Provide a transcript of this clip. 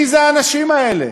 מי זה האנשים האלה?